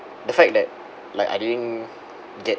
the fact that like I didn't